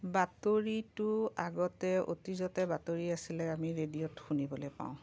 বাতৰিটো আগতে অতীজতে বাতৰি আছিলে আমি ৰেডিঅ'ত শুনিবলৈ পাওঁ